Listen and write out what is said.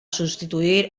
sustituir